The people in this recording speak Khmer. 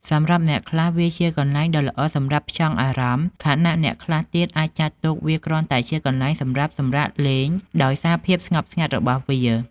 សម្រាប់អ្នកខ្លះ វាជាកន្លែងដ៏ល្អសម្រាប់ ផ្ចង់អារម្មណ៍ ខណៈអ្នកខ្លះទៀតអាចចាត់ទុកវាគ្រាន់តែជាកន្លែងសម្រាប់ សម្រាកលេង ដោយសារភាពស្ងប់ស្ងាត់របស់វា។